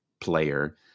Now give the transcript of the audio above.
player